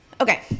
Okay